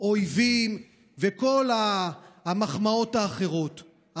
אויבים וכל המחמאות האחרות,